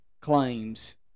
claims